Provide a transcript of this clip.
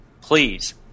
please